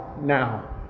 now